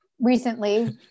recently